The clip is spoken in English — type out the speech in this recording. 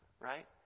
Right